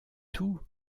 tout